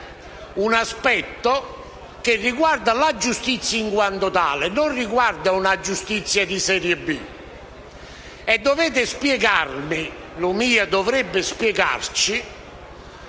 un aspetto che riguarda la giustizia in quanto tale, e non una giustizia di serie B.